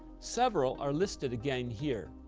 several are listed again here,